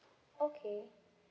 okay